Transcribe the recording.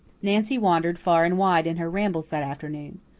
nancy wandered far and wide in her rambles that afternoon.